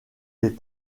les